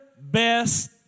best